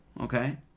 Okay